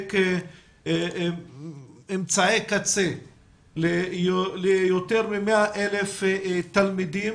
לספק אמצעי קצה ליותר מ-100,000 תלמידים